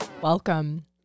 welcome